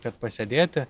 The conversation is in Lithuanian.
kad pasėdėti